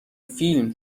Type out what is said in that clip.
فیلم